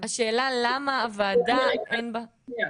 השאלה למה הוועדה, אין בה -- שנייה